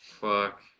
Fuck